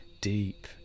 Deep